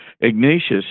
Ignatius